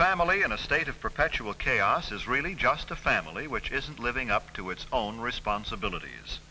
family in a state of perpetual chaos is really just a family which isn't living up to its own responsibilit